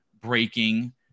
breaking